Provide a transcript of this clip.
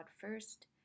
first